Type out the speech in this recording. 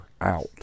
out